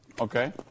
Okay